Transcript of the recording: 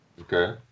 Okay